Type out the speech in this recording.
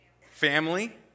Family